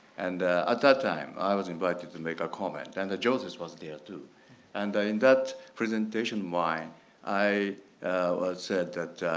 and at that time, i was invited to make a comment and the joseph was there too. and in that presentation why i said that,